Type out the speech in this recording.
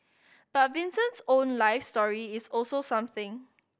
but Vincent's own life story is also something